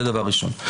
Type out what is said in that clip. זה דבר ראשון.